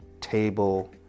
table